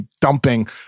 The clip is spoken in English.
dumping